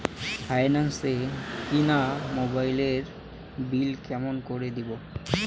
Finance এ কিনা মোবাইলের বিল কেমন করে দিবো?